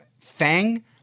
Fang